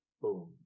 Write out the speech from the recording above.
boom